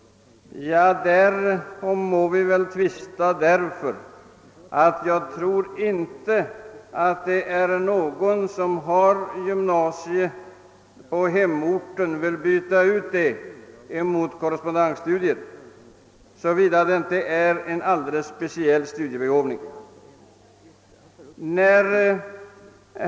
Om den saken kan man emellertid tvista. Jag tror i varje fall inte att någon som har gymnasium på hemorten skulle vilja byta ut undervisningen där mot korrespondensstudier — såvida det inte gäller en alldeles speciell studiebegåvning.